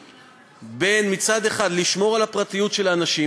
בין מצד אחד לשמור על הפרטיות של האנשים,